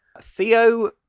Theo